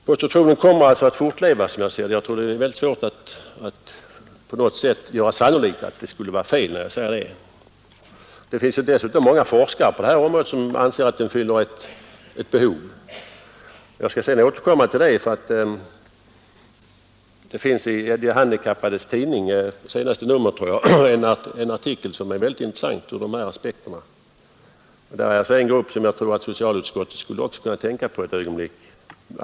Prostitutionen kommer alltså, som jag ser det, att fortleva, och jag tror det är svårt att göra sannolikt att jag har fel när jag säger det. Många forskare anser dessutom att den fyller ett behov. Jag skall senare återkomma till det. I det s naste numret av de handikappades tidning finns en artikel som är väldigt intressant ur dessa aspekter. De handikappade är en grupp som jag tror att socialutskottet borde tänka ett ögonblick på.